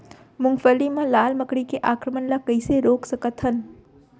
मूंगफली मा लाल मकड़ी के आक्रमण ला कइसे रोक सकत हन?